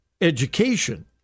education